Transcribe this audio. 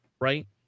right